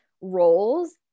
roles